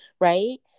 right